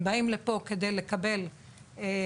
הם באים לפה כדי לקבל לימודים,